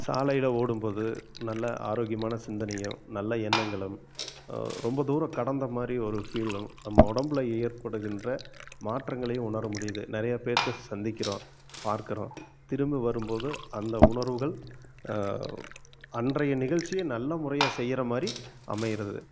சாலையில் ஓடும்போது நல்ல ஆரோக்கியமான சிந்தனையும் நல்ல எண்ணங்களும் ரொம்ப தூரம் கடந்தமாதிரி ஒரு ஃபீலும் நம்ம உடம்பில் ஏற்படுகின்ற மாற்றங்களையும் உணர முடியுது நிறையப் பேர்த்தை சந்திக்கிறோம் பார்க்கிறோம் திரும்ப வரும்போது அந்த உணர்வுகள் அன்றைய நிகழ்ச்சியை நல்ல முறையாக செய்கிற மாதிரி அமைகிறது